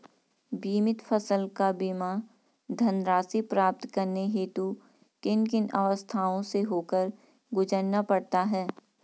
बीमित फसल का बीमा धनराशि प्राप्त करने हेतु किन किन अवस्थाओं से होकर गुजरना पड़ता है?